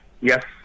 Yes